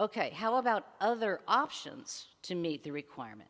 ok how about other options to meet the requirement